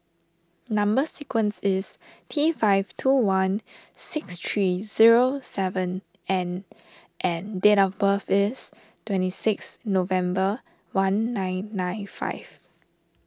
Number Sequence is T five two one six three zero seven N and date of birth is twenty six November one nine nine five